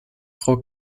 frau